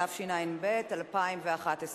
התשע"ב 2011,